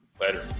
Later